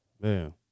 Man